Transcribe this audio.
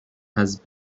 has